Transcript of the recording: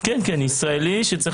כן, הוא אזרח ישראלי.